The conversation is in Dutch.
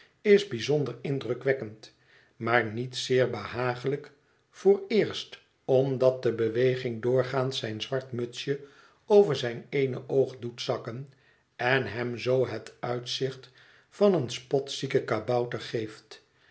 is bijzonder indrukwekkend maar niet zeer behaaglijk vooreerst omdat de beweging doorgaans zijn zwart mutsje over zijn eene oog doet zakken en hem zoo het uitzicht van een spotzieken kabouter geeft